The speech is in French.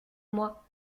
moi